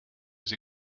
sie